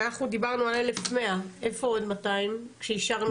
אנחנו דיברנו על 1,100. איפה עוד 200 שאישרנו את התקציב?